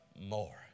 more